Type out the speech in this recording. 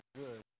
good